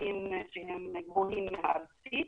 אחוזים גבוהים מהארצי.